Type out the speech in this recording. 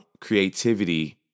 creativity